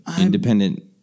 independent